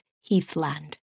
heathland